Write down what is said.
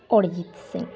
Arijit Singh